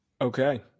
Okay